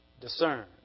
discern